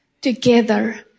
together